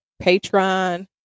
patron